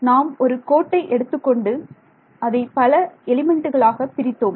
நாம் ஒரு கோட்டை எடுத்துக்கொண்டு அதை பல எலிமெண்ட்டுகளாக பிரித்தோம்